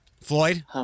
Floyd